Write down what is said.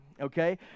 okay